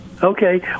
Okay